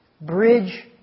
bridge